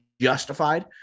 Justified